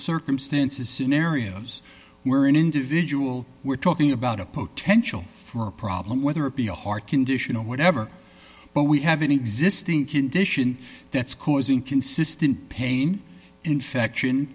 circumstances scenarios where an individual we're talking about a potential for a problem whether it be a heart condition or whatever but we have an existing condition that's causing consistent pain infection